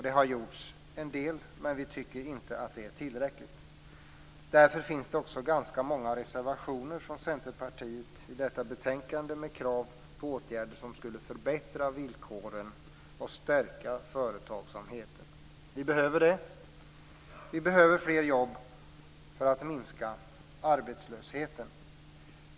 Det har gjorts en del, men vi tycker inte att det är tillräckligt. Därför finns det också ganska många reservationer från Centerpartiet till detta betänkande med krav på åtgärder som skulle förbättra villkoren och stärka företagsamheten. Vi behöver det. Vi behöver fler jobb för att minska arbetslösheten.